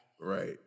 Right